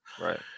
right